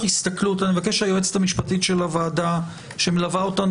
הסתכלות אני חושב שהיועצת המשפטית של הוועדה שמלווה אותנו